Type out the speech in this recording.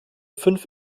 fünf